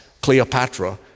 Cleopatra